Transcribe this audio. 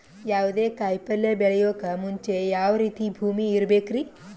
ಯಾವುದೇ ಕಾಯಿ ಪಲ್ಯ ಬೆಳೆಯೋಕ್ ಮುಂಚೆ ಯಾವ ರೀತಿ ಭೂಮಿ ಇರಬೇಕ್ರಿ?